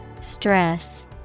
Stress